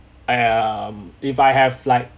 um if I have like